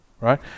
right